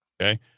Okay